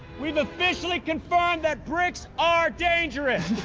we've officially confirmed that bricks are dangerous.